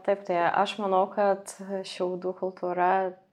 taip tai aš manau kad šiaudų kultūra